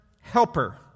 helper